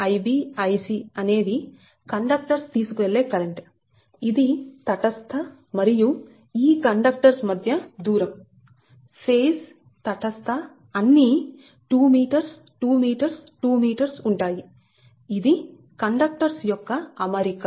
Ia Ib Ic అనే వి conductors తీసుకువెళ్లే కరెంట్ ఇది తటస్థ మరియు ఈ కండక్టర్స్ మధ్య దూరంఫేజ్ తటస్థ అన్ని 2m2m2m ఉంటాయి ఇది కండక్టర్స్ యొక్క అమరిక